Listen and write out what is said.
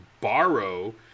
borrow